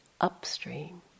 upstream